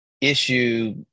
issue